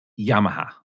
Yamaha